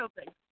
open